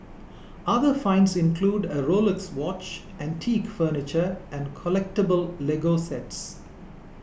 other finds include a Rolex watch antique furniture and collectable Lego sets